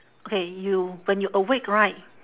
okay you when you awake right